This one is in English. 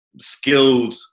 skilled